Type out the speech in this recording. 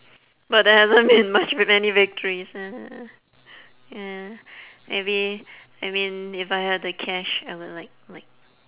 but there hasn't been much m~ many victories uh ya maybe I mean if I had the cash I will like like